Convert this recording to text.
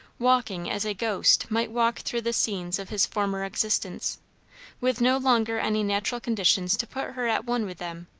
walking as a ghost might walk through the scenes of his former existence with no longer any natural conditions to put her at one with them,